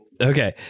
Okay